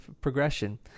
progression